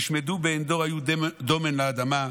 נשמדו בעין דאר היו דמן לאדמה.